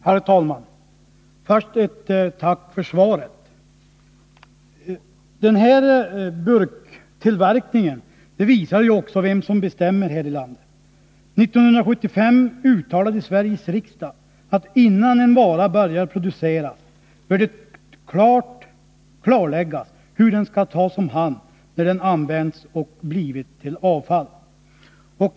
Herr talman! Först ett tack för svaret. PLM:s tillverkning av aluminiumburkar vid den nya fabriken i Malmö visar vem som bestämmer här i landet. 1975 uttalade Sveriges riksdag att innan en vara börjar produceras bör det klarläggas hur den skall tas om hand när den använts och blivit till avfall.